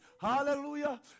Hallelujah